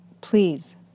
please